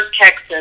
Texas